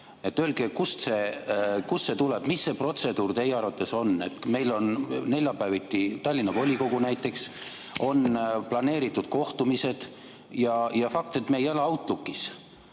Öelge, kust see tuleb. Mis see protseduur teie arvates on? Meil on neljapäeviti näiteks Tallinna volikogu [istung], on planeeritud kohtumised ja on fakt, et me ei ela Outlookis.